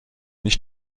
nicht